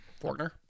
Fortner